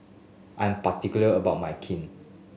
I am particular about my Kheer